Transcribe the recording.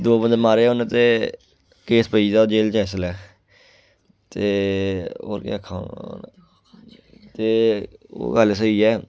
दो बंदे मारे उन्न ते केस पेई गेदा जे'ल च इसलै ते होर केह् आक्खां ते ओह् गल्ल स्हेई ऐ